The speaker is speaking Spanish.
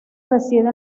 reside